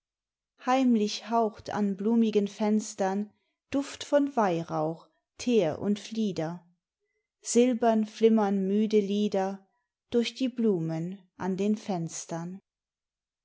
heimlich haucht an blumigen fenstern duft von weihrauch teer und flieder silbern flimmern müde lider durch die blumen an den fenstern